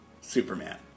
Superman